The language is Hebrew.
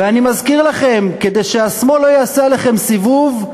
ואני מזכיר לכם, כדי שהשמאל לא יעשה עליכם סיבוב,